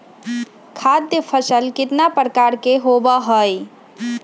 खाद्य फसल कितना प्रकार के होबा हई?